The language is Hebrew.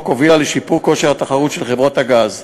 לחוק הובילה לשיפור כושר התחרות של חברות הגז הקטנות,